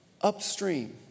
upstream